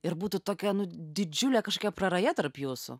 ir būtų tokia didžiulė kažkokia praraja tarp jūsų